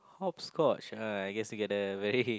hopscotch uh I guess you got the very